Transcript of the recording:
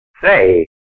say